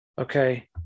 Okay